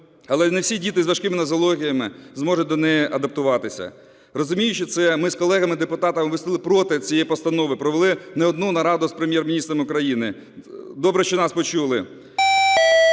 Але не всі діти з важкими нозологіями зможуть до неї адаптуватися. Розуміючи це, ми з колегами-депутатами виступили проти цієї постанови, провели не одну нараду з Прем'єр-міністром України. Добре, що нас почули.